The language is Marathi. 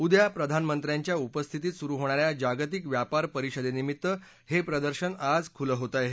उद्या प्रधानमंत्र्यांच्या उपस्थितीत सुरु होणा या जागतिक व्यापार परिषदेनिमित्त हे प्रदर्शन आज खुलं होत आहे